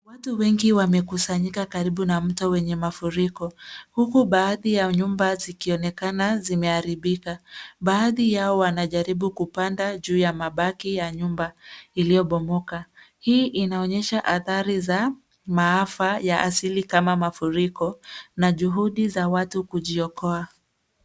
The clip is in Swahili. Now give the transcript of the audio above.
Watu wengi wamekusanyika karibu na mto wenye mafuriko. Huku baadhi ya nyumba zikionekana zimeharibika. Baadhi yao wanajaribu kupanda juu ya mabaki ya nyumba iliyo bomoka. Hii inaonyesha adhari za maafa ya asili kama mafuriko na juhudi za watu kujiokoa.